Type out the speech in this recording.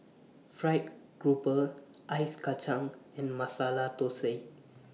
Fried Grouper Ice Kachang and Masala Thosai